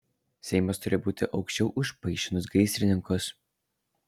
seimas turi būti aukščiau už paišinus gaisrininkus